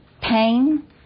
pain